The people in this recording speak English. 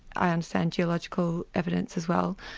i understand geological evidence as well,